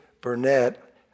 Burnett